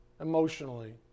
emotionally